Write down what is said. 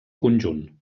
conjunt